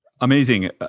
Amazing